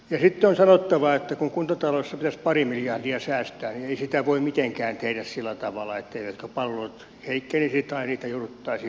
sitten on sanottava että kun kuntataloudessa pitäisi pari miljardia säästää niin ei sitä voi mitenkään tehdä sillä tavalla etteivätkö palvelut heikkenisi tai niitä jouduttaisi leikkaamaan